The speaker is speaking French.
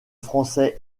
français